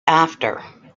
after